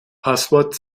passwort